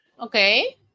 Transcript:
Okay